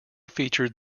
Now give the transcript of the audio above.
featured